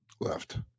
left